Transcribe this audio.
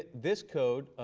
this code